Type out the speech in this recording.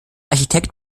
architekt